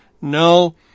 No